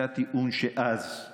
זה הטיעון שנשלח אז,